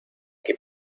que